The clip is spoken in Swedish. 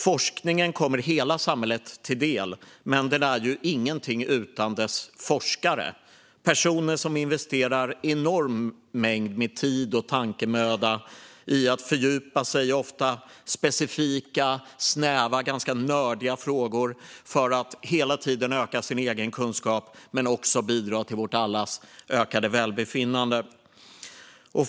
Forskningen kommer hela samhället till del, men den är ingenting utan sina forskare. Det är personer som investerar en enorm mängd tid och tankemöda i att fördjupa sig i ofta specifika, snäva och nördiga frågor för att hela tiden öka sin egen kunskap och bidra till allas ökade välbefinnande.